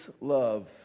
love